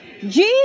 Jesus